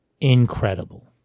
incredible